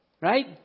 Right